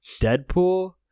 Deadpool